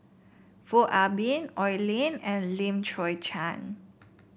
Foo Ah Bee Oi Lin and Lim Chwee Chian